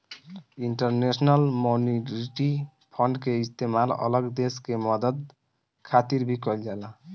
international monetary fund के इस्तेमाल अलग देश के मदद खातिर भी कइल जाला